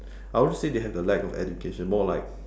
I won't say they have the lack of education more like